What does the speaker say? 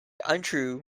untrue